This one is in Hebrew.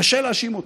קשה להאשים אותו,